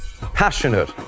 passionate